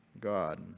God